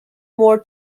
more